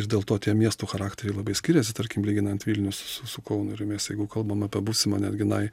dėl to tie miestų charakteriai labai skiriasi tarkim lyginant vilnių su su kaunu ir mes jeigu kalbam apie būsimą netgi nai